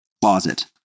closet